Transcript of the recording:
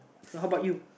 so how about you